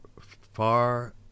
far